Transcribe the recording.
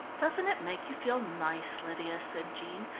doesn't it make you feel nice, lydia, said jean,